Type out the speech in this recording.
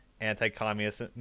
anti-communist